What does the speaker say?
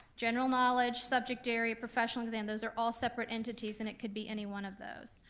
general knowledge, subject area, professional exam, those are all separate entities, and it could be any one of those.